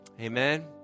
Amen